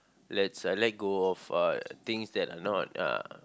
let's uh let go of uh things that are not uh